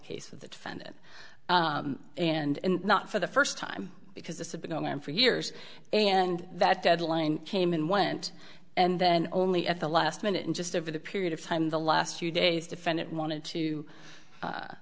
case of the defendant and not for the first time because this has been going on for years and that deadline came and went and then only at the last minute and just over the period of time the last few days defendant wanted to